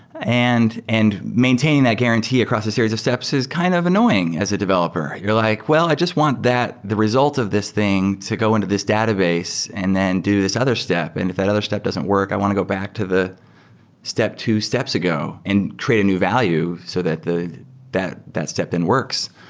and and maintain that guarantee across a series of steps is kind of annoying as a developer. you're like, well, i just want that, the results of this thing, to go into this database and then do this other step. and if that other step doesn't work, i want to go back to the step two steps ago and create a new value so that that that step then and works.